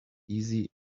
easy